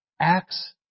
acts